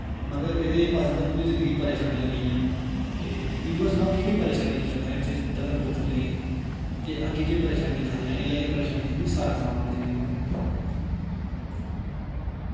मतलब एह्दे च ए पता चलदा तुं'दी जिंदगी च परेशानियां ते रेहियां न ते मि उऐ सनाओ केह् केह् परेशानियां दिक्खियां तुसें इत्थै तकर पुज्जने लेई के अग्गै केह् परेशानी दिक्खा दियां इल्लै केह् परेशानी दिक्खा दियां मि सारा सनाओ अपनी जिंदगी दे बारे च